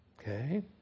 Okay